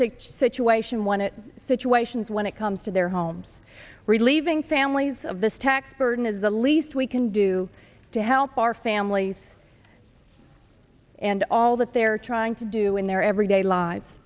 it situations when it comes to their homes relieving families of this tax burden is the least we can do to help our families and all that they're trying to do in their everyday lives